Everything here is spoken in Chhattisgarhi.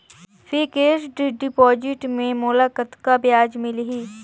फिक्स्ड डिपॉजिट मे मोला कतका ब्याज मिलही?